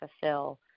fulfill